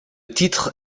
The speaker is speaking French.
titre